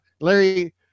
Larry